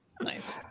Nice